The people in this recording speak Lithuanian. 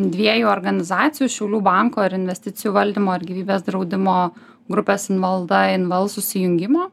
dviejų organizacijų šiaulių banko ir investicijų valdymo ir gyvybės draudimo grupės invalda inval susijungimo